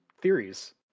theories